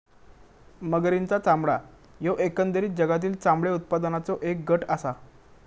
मगरींचा चामडा ह्यो एकंदरीत जगातील चामडे उत्पादनाचों एक गट आसा